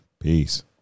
Peace